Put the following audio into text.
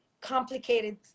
complicated